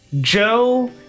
Joe